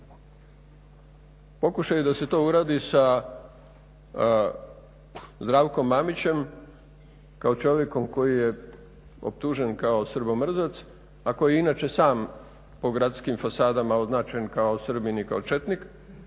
Pokušaj da se to uradi sa Zdravkom Mamićem kao čovjekom koji je optužen kao srbomrzac, a koji inače sam po gradskim fasadama kao Srbin i kao četnik